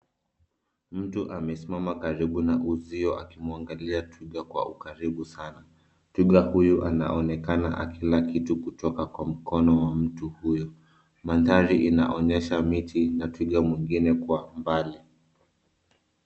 Mtu amesimama karibu na uzio akimwangalia twiga kwa ukaribu sana. Twiga huyu anaonekana akila kitu kutoka kwa mkono wa mtu huyo. Mandhari inaonyesha miti na twiga mwingine kwa umbali.